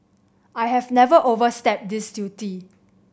I have never overstepped this duty